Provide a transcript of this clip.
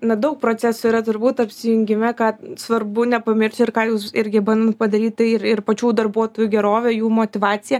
na daug procesų yra turbūt apsijungime kad svarbu nepamiršt ir ką jūs irgi ban padaryt tai ir ir pačių darbuotojų gerovė jų motyvacija